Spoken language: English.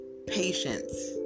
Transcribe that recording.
Patience